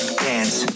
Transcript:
dance